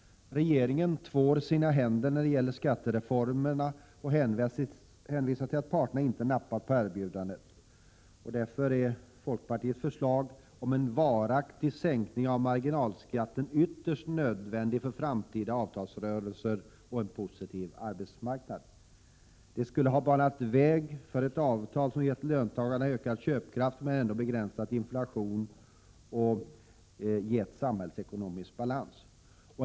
Regeringen tvår sina händer när det gäller skattereformerna och hänvisar till att parterna inte nappat på erbjudandet. Därför var folkpartiets förslag om en varaktig sänkning av marginalskatten ytterst nödvändigt för framtida avtalsrörelser och för en positiv arbetsmarknad. Det skulle ha banat väg för ett-avtal som gett löntagarna ökad köpkraft men ändå begränsad inflation och gett samhällsekonomisk balans.